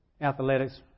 athletics